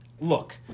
look